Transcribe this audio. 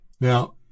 Now